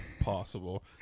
possible